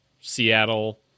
Seattle